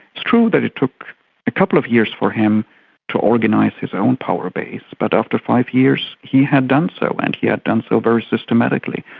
it's true that it took a couple of years for him to organise his own power base, but after five years he had done so, and he had done so very systematically,